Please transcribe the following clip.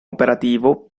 operativo